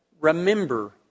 remember